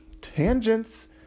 tangents